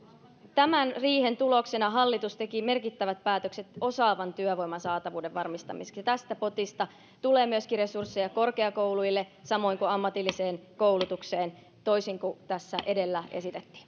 tämän riihen tuloksena hallitus teki merkittävät päätökset osaavan työvoiman saatavuuden varmistamiseksi ja tästä potista tulee myöskin resursseja korkeakouluille samoin kuin ammatilliseen koulutukseen toisin kuin tässä edellä esitettiin